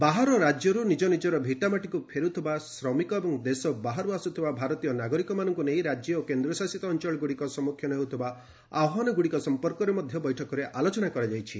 ବାହାର ରାଜ୍ୟର ନିଜ ନିଜର ଭିଟାମାଟିକ୍ ଫେର୍ ଥିବା ଶ୍ରମିକ ଏବଂ ଦେଶ ବାହାର୍ତ ଆସ୍ତ୍ରଥିବା ଭାରତୀୟ ନାଗରିକମାନଙ୍କ ନେଇ ରାଜ୍ୟ ଓ କେନ୍ଦ୍ରଶାସିତ ଅଞ୍ଚଳଗୁଡ଼ିକ ସମ୍ମୁଖୀନ ହେଉଥିବା ଆହ୍ୱାନଗୁଡ଼ିକ ସମ୍ପର୍କରେ ମଧ୍ୟ ବୈଠକରେ ଆଲୋଚନା କରାଯାଇଛି